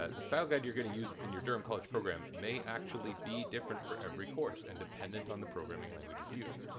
ah the style guide you're going to use in your durham college program may actually be different for every course, and dependent on the programming languages used.